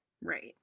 Right